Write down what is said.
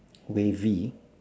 wavy